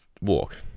walk